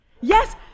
Yes